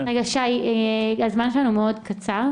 מה שאמר ידידנו ממשרד המשפטים,